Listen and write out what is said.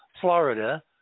Florida